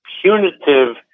punitive